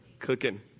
cooking